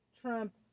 Trump